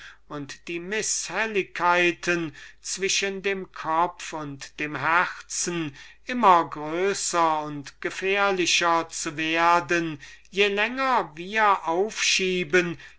und die mißhelligkeiten zwischen dem kopf und dem herzen immer größer und gefährlicher zu werden je länger wir es aufschieben